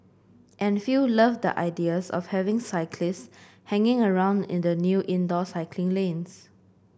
and a few loved the ideas of having cyclists hanging around in the new indoor cycling lanes